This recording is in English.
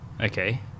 Okay